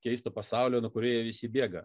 keisto pasaulio nuo kurio jie visi bėga